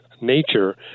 nature